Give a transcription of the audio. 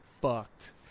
fucked